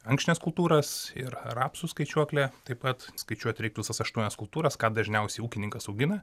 ankštines kultūras ir rapsų skaičiuoklę taip pat skaičiuot reiktų visas aštuonias kultūras ką dažniausiai ūkininkas augina